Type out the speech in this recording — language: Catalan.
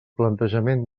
plantejament